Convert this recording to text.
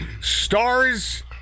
stars